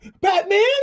Batman